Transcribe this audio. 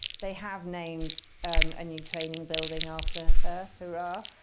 they have named a new training building after her. hurrah.